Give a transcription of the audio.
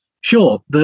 sure